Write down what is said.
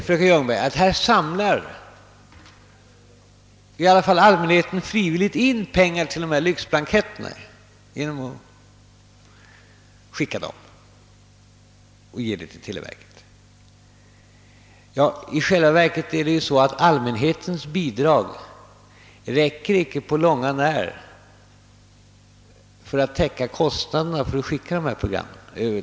Fröken Ljungberg säger att »här samlar allmänheten frivilligt in pengar genom att skicka dessa lyxblanketter». I själva verket täcker allmänhetens bidrag inte på långt när kostnaderna för att skicka dessa telegram.